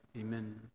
Amen